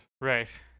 Right